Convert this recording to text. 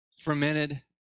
fermented